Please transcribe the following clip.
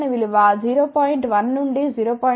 1 నుండి 0